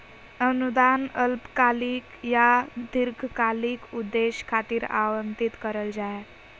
अनुदान अल्पकालिक या दीर्घकालिक उद्देश्य खातिर आवंतित करल जा हय